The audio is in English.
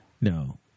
No